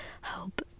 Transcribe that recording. help